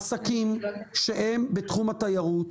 עסקים שהם בתחום התיירות,